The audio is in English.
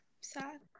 Sad